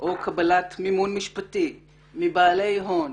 או קבלת מימון משפטי מבעלי הון,